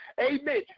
Amen